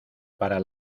para